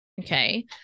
Okay